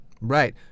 Right